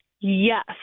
Yes